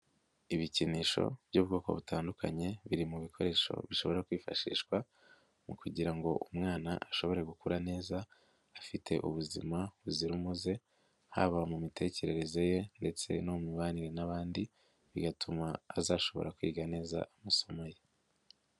lbikinisho by'ubwoko butandukanye, biri mu bikoresho bishobora kwifashishwa mu kugira ngo umwana ashobore gukura neza afite ubuzima buzira umuze, haba mu mitekerereze ye ndetse no mu mibanire n'abandi, bigatuma azashobora kwiga neza amasomo ye.